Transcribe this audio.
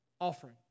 offering